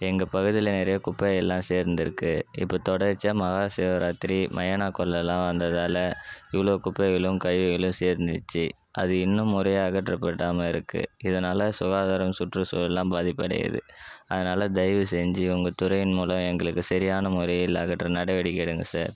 எங்கள் பகுதியில் நிறைய குப்பையெல்லாம் சேர்ந்திருக்கு இப்போ தொடர்ச்சியாக மகா சிவராத்திரி மயான கொள்ளைலாம் வந்ததால் இவ்வளோ குப்பைகளும் கழிவுகளும் சேர்ந்துடுச்சி அது இன்னும் முறையாக அகற்றப்படாமல் இருக்குது இதனால சுகாதாரம் சுற்றுச்சூழல்லாம் பாதிப்படையுது அதனால் தயவு செஞ்சு உங்கள் துறையின் மூலம் எங்களுக்கு சரியான முறையில் அகற்ற நடவடிக்கை எடுங்கள் சார்